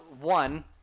one